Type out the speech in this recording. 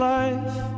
life